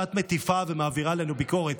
שאת מטיפה ומעבירה עלינו ביקורת,